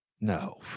No